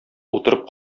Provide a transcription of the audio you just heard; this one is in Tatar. утырып